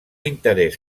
interès